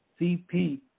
CP